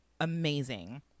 amazing